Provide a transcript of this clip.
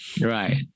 Right